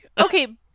Okay